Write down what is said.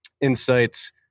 insights